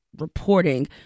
reporting—